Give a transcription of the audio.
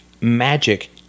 magic